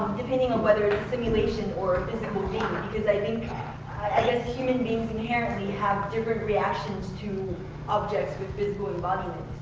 depending on whether it's simulation or a physical game, because i mean kind of i guess human beings inherently have different reactions to objects with physical embodiments.